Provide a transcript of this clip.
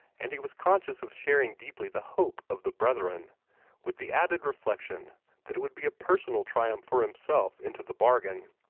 and he was conscious of sharing deeply the hope of the brethren with the added reflection that it would be a personal triumph for himself into the bargain.